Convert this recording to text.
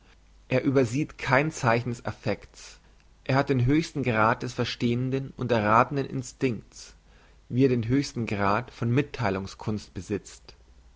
er übersieht kein zeichen des affekts er hat den höchsten grad des verstehenden und errathenden instinkts wie er den höchsten grad von mittheilungs kunst besitzt